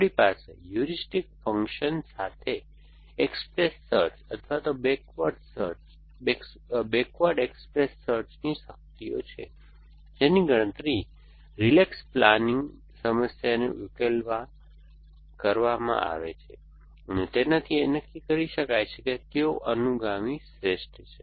આપણી પાસે heuristic function સાથે એક્સપ્રેસ સર્ચ અથવા બેકવર્ડ એક્સપ્રેસ સર્ચની શક્તિઓ છે જેની ગણતરી રિલેક્સ પ્લાનિંગ સમસ્યાને ઉકેલવા કરવામાં આવે છે અને તેનાથી એ નક્કી કરી શકાય કે કયો અનુગામી શ્રેષ્ઠ છે